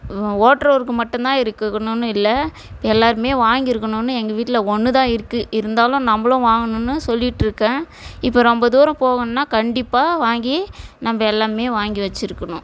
ஓட்டுறவருக்கு மட்டும் தான் இருக்கணுன்னு இல்லை இப்போ எல்லாேருமே வாங்கியிருக்கணுன்னு எங்கள் வீட்டில் ஒன்று தான் இருக்குது இருந்தாலும் நம்மளும் வாங்கணுன்னு சொல்லிகிட்ருக்கேன் இப்போ ரொம்ப தூரம் போகணுன்னால் கண்டிப்பாக வாங்கி நம்ம எல்லாேருமே வாங்கி வச்சுருக்கணும்